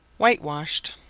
whitewashed.